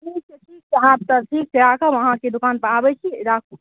ठीक छै राखब अहाँकेँ दोकान पर आबै छी ठीक छै राखु